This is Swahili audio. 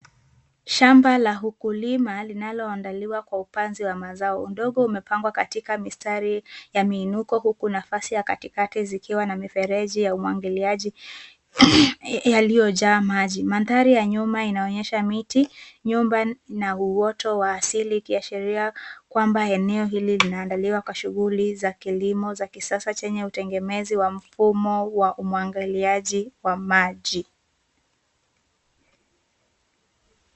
Shaba la ukulima unaoandaliwa kwa uzao wa mazao . Udongo umepangwa katikamistari ya miinuko huu nafasi ya katikati zikiwa na mifereji ya umwagiliaji yaliyojaa maji. Mandhari ya nyuma inaoneysha miti, nyumba na uoto wa asili ikiashiria kwamba eneo hili linaandaliwa kwa shughui za kilimo za kisasa zeye utegemezi wa mfumo wa umwagiliaji wa maji.